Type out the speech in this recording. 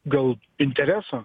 gal intereso